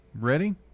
Ready